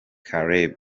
caleb